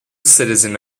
citizen